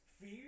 fear